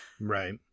Right